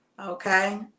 okay